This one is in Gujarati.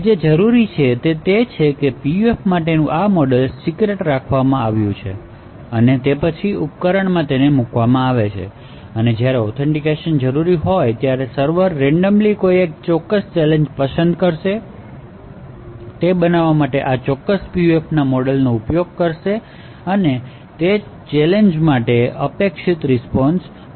જે જરૂરી છે તે છે કે PUF માટેનું આ મોડેલ સિક્રેટ રાખવામાં આવ્યું છે અને તે પછી ઉપકરણમાં મૂકવામાં આવે છે અને જ્યારે ઑથેનટીકેશન જરૂરી હોય ત્યારે સર્વર રેન્ડમલી કોઈ ચોક્કસ ચેલેંજ પસંદ કરશે તે બનાવવા માટે આ ચોક્કસ PUFના આ મોડેલનો ઉપયોગ કરશે તે ચોક્કસ ચેલેંજ માટે અપેક્ષિત રીસ્પોન્શ બનાવશે